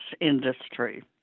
industry